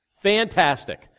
Fantastic